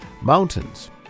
mountains